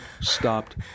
stopped